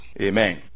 amen